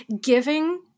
giving –